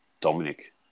Dominic